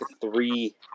three